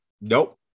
nope